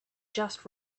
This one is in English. just